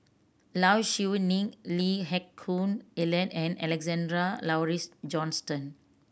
Low Siew Nghee Lee Heck Koon Ellen and Alexander Laurie's Johnston